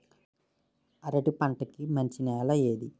అరటి పంట కి మంచి నెల ఏది?